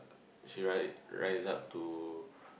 she rise rise up to